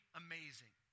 amazing